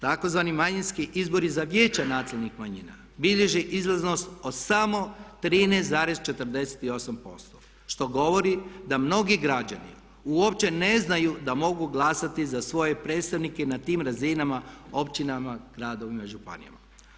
Takozvani manjinski izbori za vijeća nacionalnih manjina bilježi izlaznost o samo 13,48% što govori da mnogi građani uopće ne znaju da mogu glasati za svoje predstavnike na tim razinama, općinama, gradovima, županijama.